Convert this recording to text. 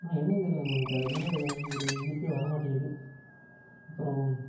ஆனால் என்னென்னு தெரியலங்க எனக்கு அது மேல் ஒரு ஈர்ப்பே வரமாட்டேங்கிது அப்புறம்